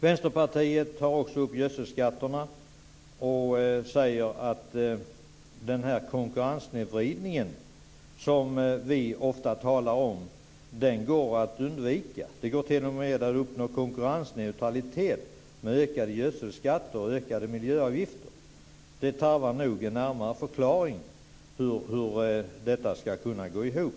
Jonas Ringqvist tar också upp gödselskatterna och säger att den konkurrenssnedvridning som vi ofta talar om går att undvika och att det t.o.m. går att uppnå konkurrensneutralitet med ökade gödselskatter och ökade miljöavgifter. Det tarvar nog en närmare förklaring hur detta ska kunna gå ihop.